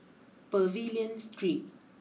Pavilion Street